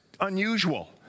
unusual